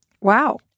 Wow